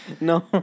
No